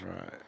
Right